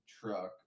truck